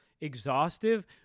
exhaustive